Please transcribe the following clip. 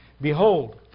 Behold